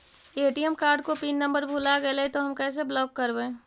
ATM card को pin number भुला गैले तौ हम कैसे ब्लॉक करवै?